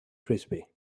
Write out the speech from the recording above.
frisbee